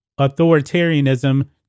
authoritarianism